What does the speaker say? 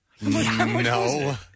No